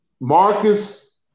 Marcus